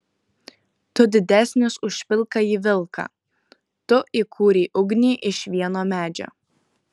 tu didesnis už pilkąjį vilką tu įkūrei ugnį iš vieno medžio